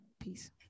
Peace